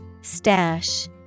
Stash